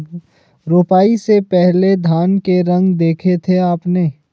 रोपाई से पहले धान के रंग देखे थे आपने?